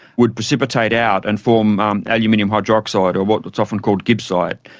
would precipitate out and form aluminium hydroxide or what's what's often called gibbsite.